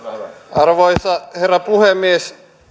arvoisa herra puhemies